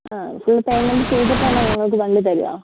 ആ full payment ചെയ്തിട്ടാണൊ ഞങ്ങൾക്ക് വണ്ടി തരുക